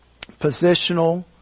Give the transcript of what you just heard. positional